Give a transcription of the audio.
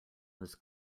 was